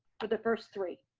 for the first three.